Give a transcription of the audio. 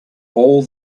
all